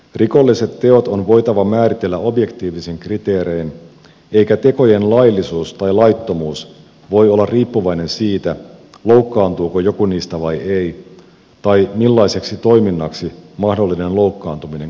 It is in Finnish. rikolliset teot on voitava määritellä objektiivisin kriteerein eikä tekojen laillisuus tai laittomuus voi olla riippuvainen siitä loukkaantuuko joku niistä vai ei tai millaiseksi toiminnaksi mahdollinen loukkaantuminen kanavoituu